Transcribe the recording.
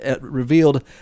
revealed